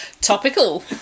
Topical